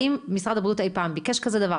האם משרד הבריאות אי פעם ביקש כזה דבר?